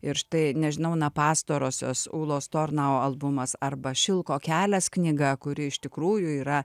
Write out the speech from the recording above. ir štai nežinau na pastarosios ūlos tornau albumas arba šilko kelias knyga kuri iš tikrųjų yra